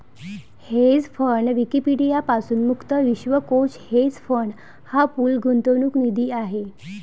hedge fund Wikipedia पासून मुक्त विश्वकोश हेज फंड हा पूल गुंतवणूक निधी आहे